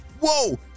Whoa